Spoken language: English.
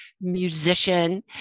musician